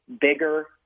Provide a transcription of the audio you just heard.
bigger